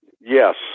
Yes